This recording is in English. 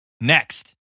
Next